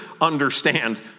understand